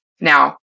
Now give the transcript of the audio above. Now